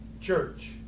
church